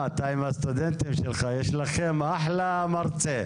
יש לכם אחלה מרצה.